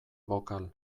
bokal